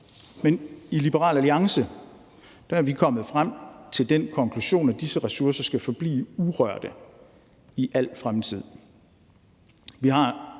men i Liberal Alliance er vi kommet frem til den konklusion, at disse ressourcer skal forblive urørte i al fremtid.